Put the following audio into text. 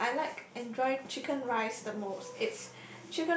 and I like enjoy Chicken Rice the most it's